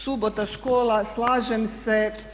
Subota, škola, slažem se.